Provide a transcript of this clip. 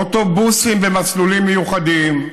אוטובוסים במסלולים מיוחדים,